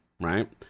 right